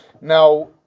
Now